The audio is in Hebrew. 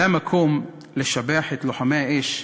זה המקום לשבח את לוחמי האש,